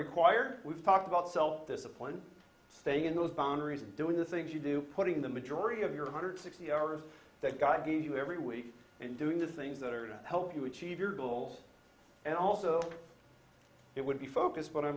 require talk about self discipline staying in those boundaries and doing the things you do putting the majority of your hundred sixty hours that god gave you every week and doing the things that are going to help you achieve your goals and also it would be focus but i'm